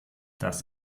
das